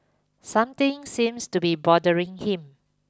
something seems to be bothering him